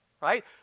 right